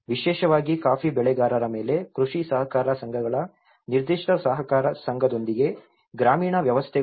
ವಿಶೇಷವಾಗಿ ಕಾಫಿ ಬೆಳೆಗಾರರ ಮೇಲೆ ಕೃಷಿ ಸಹಕಾರ ಸಂಘಗಳ ನಿರ್ದಿಷ್ಟ ಸಹಕಾರ ಸಂಘದೊಂದಿಗೆ ಗ್ರಾಮೀಣ ವ್ಯವಸ್ಥೆಗಳು